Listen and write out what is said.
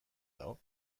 dago